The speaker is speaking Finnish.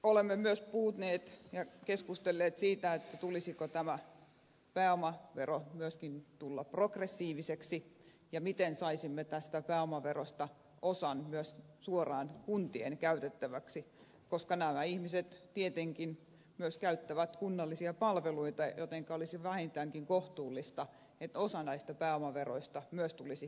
olemme myös keskustelleet siitä tulisiko tämän pääomaveron tulla myös progressiiviseksi ja miten saisimme pääomaverosta osan myös suoraan kuntien käytettäväksi koska nämä ihmiset tietenkin myös käyttävät kunnallisia palveluita jotenka olisi vähintäänkin kohtuullista että osa näistä pääomaveroista tulisi myös kuntien käyttöön